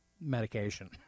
medication